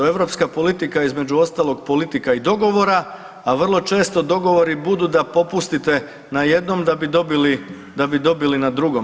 Europska politika između ostalog je politika i dogovora, a vrlo često dogovori budu da popustite na jednom da bi dobili na drugom.